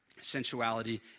sensuality